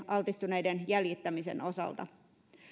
altistuneiden jäljittämisen osalta